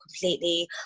completely